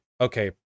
Okay